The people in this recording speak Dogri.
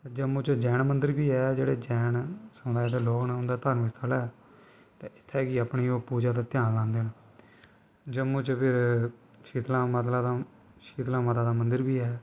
ते जम्मू च जैन मंदर बी ऐ जेह्ड़े जैन ऐ समुदाय दे लोग न उं'दा धर्म स्थल ऐ ते इत्थै गै अपनी ओह् पूजा ते ध्यान लांदे न जम्मू च फिर शीतला मातला दा शीतला माता दा मंदर बी ऐ